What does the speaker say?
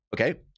okay